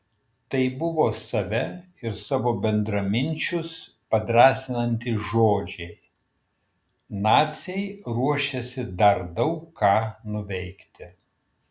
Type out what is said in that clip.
tai buvo save ir savo bendraminčius padrąsinantys žodžiai naciai ruošėsi dar daug ką nuveikti